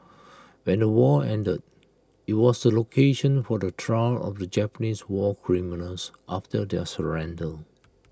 when the war ended IT was the location for the trial of the Japanese war criminals after their surrender